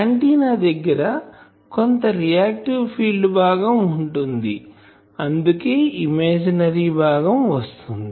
antenna దగ్గర కొంత reactive field భాగం ఉంటుంది అందుకే ఇమాజినరీ భాగం వస్తుంది